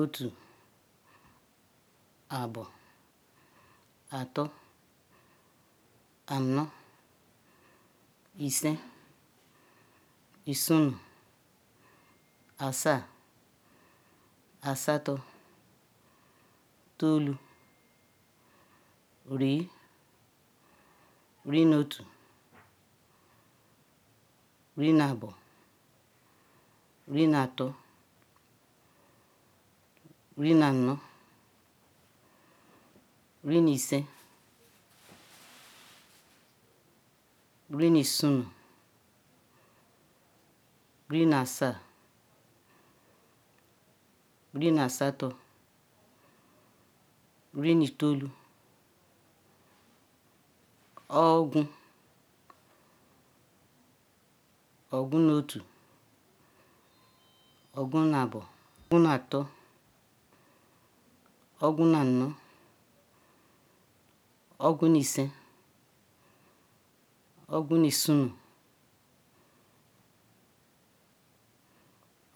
Otu obo ato ano isi isinu asa asato itilu rie riemotu rieneob rie na abo rie naoto rie na ano rie ni isi rie nu isenu rie na sa rie na aseto rie ne itolu ogwu ogwu nu otu ogwu nu abo ogwu nu ato ogwu nu ano ogwu nu ise ogwu nu isinu